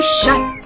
shut